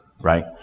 right